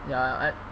ya I